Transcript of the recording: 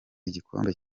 igikombe